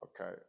Okay